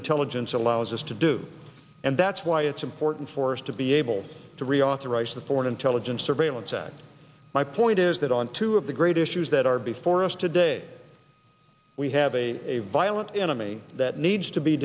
intelligence allows us to do and that's why it's important for us to be able to reauthorize the foreign intelligence surveillance act my point is that on two of the great issues that are before us today we have a violent enemy that needs to be